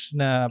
na